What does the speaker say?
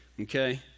Okay